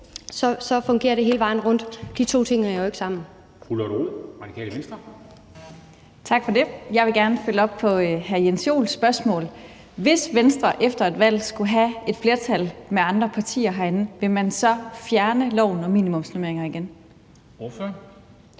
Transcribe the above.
(Henrik Dam Kristensen): Fru Lotte Rod, Radikale Venstre. Kl. 17:42 Lotte Rod (RV): Tak for det. Jeg vil gerne følge op på hr. Jens Joels spørgsmål. Hvis Venstre efter et valg skulle have et flertal med andre partier herinde, vil man så fjerne loven om minimumsnormeringer igen? Kl.